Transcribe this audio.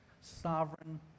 sovereign